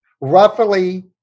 roughly